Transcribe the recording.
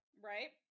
Right